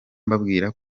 mbabwira